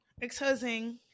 exposing